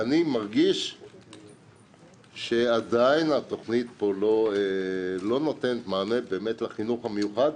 כי אני מרגיש שעדיין התכנית פה לא נותנת מענה לחינוך המיוחד